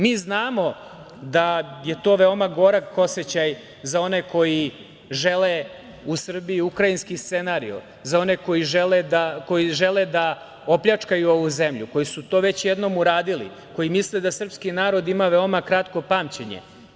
Mi znamo da je to veoma gorak oseća za one koji žele u Srbiji Ukrajinski scenario, za one koji žele da opljačkaju ovu zemlju, koji su to već jednom uradili, koji misle da srpski narod ima veoma kratko pamćenje.